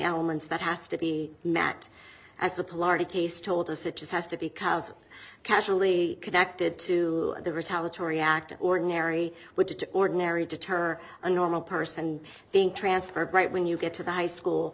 elements that has to be met as applied to case told us it just has to because casually connected to the retaliatory act ordinary which ordinary deter a normal person being transferred right when you get to the high school